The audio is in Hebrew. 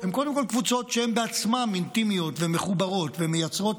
הן קודם כול קבוצות שהן בעצמן אינטימיות ומחוברות ומייצרות